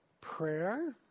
Prayer